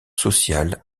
sociales